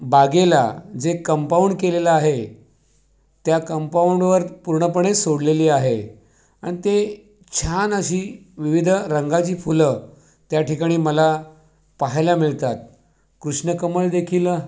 बागेला जे कंपाऊंड केलेलं आहे त्या कंपाऊंडवर पूर्णपणे सोडलेली आहे अन् ते छान अशी विविध रंगाची फुलं त्याठिकाणी मला पाहायला मिळतात कृष्णकमळदेखील